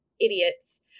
idiots